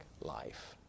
life